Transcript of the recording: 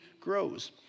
grows